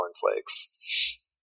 cornflakes